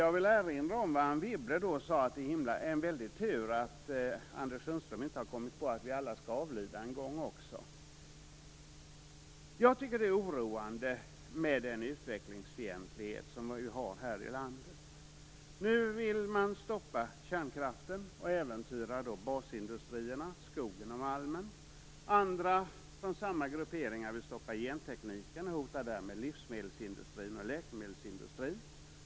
Jag vill erinra om vad Anne Wibble sade: Det är en väldig tur att Anders Sundström inte har kommit på att vi alla en gång skall avlida. Det är oroande med den utvecklingsfientlighet som vi har här i landet. Nu vill man stoppa kärnkraften och äventyra basindustrierna, skogen och malmen. Andra från samma grupperingar vill stoppa gentekniken, och därmed hota livsmedelsindustrin och läkemedelsindustrin.